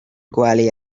gwely